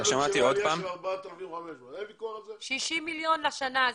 60 מיליון לשנה הזאת.